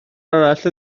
arall